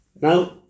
Now